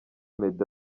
meddy